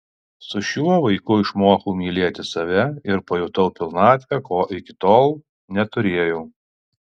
su šiuo vaiku išmokau mylėti save ir pajutau pilnatvę ko iki tol neturėjau